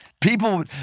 people